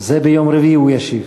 זה הוא ישיב